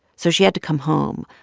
so she had to come home,